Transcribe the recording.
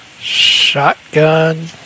Shotgun